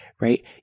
right